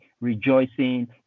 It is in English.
rejoicing